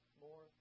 more